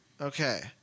Okay